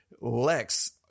Lex